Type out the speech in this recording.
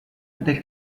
del